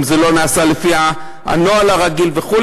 אם זה לא נעשה לפי הנוהל הרגיל וכו'.